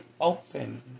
open